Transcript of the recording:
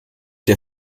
der